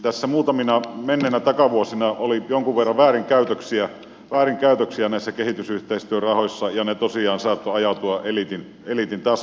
tässä muutamina menneinä takavuosina oli jonkin verran väärinkäytöksiä näissä kehitysyhteistyörahoissa ja ne tosiaan saattoivat ajautua eliitin taskuihin